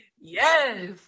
Yes